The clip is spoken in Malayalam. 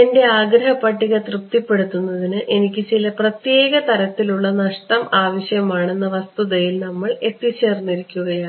എന്റെ ആഗ്രഹപ്പട്ടിക തൃപ്തിപ്പെടുത്തുന്നതിന് എനിക്ക് ചില പ്രത്യേക തരത്തിലുള്ള നഷ്ടം ആവശ്യമാണെന്ന വസ്തുതയിൽ നമ്മൾ എത്തിച്ചേർന്നിരിക്കുകയാണ്